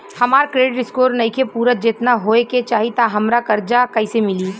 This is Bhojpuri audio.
हमार क्रेडिट स्कोर नईखे पूरत जेतना होए के चाही त हमरा कर्जा कैसे मिली?